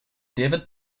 david